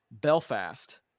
Belfast